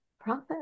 profit